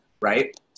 right